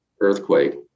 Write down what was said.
earthquake